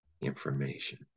information